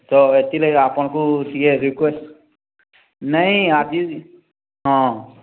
ତ ଏଥି ଲାଗି ଆପଣଙ୍କୁ ଟିକେ ରିକ୍ୱେଷ୍ଟ ନାଇ ଆଜି ହଁ